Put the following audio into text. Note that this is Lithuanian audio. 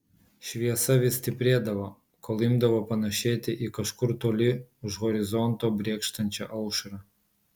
šviesa vis stiprėdavo kol imdavo panašėti į kažkur toli už horizonto brėkštančią aušrą